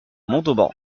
montauban